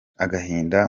agahinda